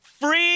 Free